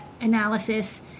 analysis